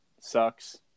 sucks